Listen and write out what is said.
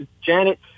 Janet